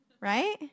right